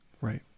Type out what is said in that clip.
Right